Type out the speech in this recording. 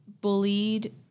bullied